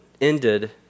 ended